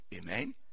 Amen